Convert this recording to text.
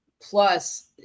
plus